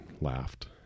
laughed